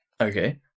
Okay